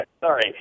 sorry